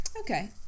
Okay